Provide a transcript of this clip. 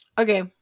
Okay